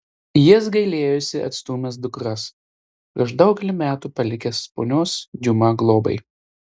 jis gailėjosi atstūmęs dukras prieš daugelį metų palikęs ponios diuma globai